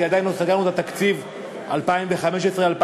כי עדיין לא סגרנו את תקציב 2015 2016,